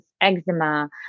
eczema